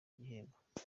igikombe